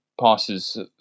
passes